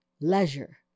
leisure